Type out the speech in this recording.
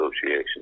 Association